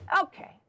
Okay